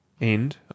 End